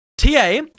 TA